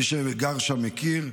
מי שגר שם מכיר.